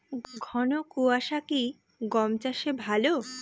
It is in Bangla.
ঘন কোয়াশা কি গম চাষে ভালো?